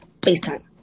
FaceTime